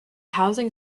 housing